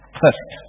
first